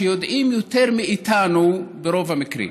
שיודעים יותר מאיתנו ברוב המקרים,